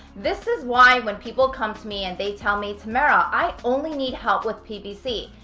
this is why when people come to me and they tell me, tamara, i only need help with ppc.